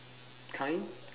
kind